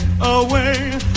away